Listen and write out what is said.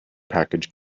package